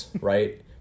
right